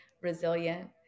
resilient